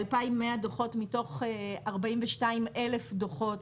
מתוך קצת יותר מ-42 אלף דוחות